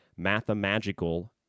Mathemagical